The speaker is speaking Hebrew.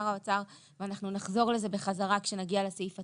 ואנחנו נחזור לזה בחזרה כשנגיע לסעיף עצמו.